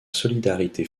solidarité